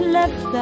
Left